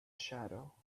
shadow